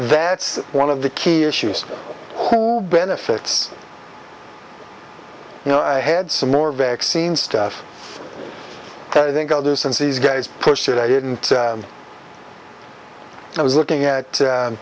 that's one of the key issues benefits you know i had some more vaccine stuff i think i'll do since these guys push it i didn't i was looking at